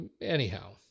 anyhow